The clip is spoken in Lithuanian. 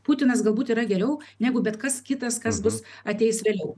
putinas galbūt yra geriau negu bet kas kitas kas bus ateis vėliau